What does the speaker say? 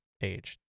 age